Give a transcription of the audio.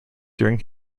during